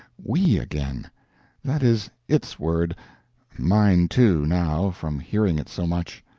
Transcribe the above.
we again that is its word mine, too, now, from hearing it so much.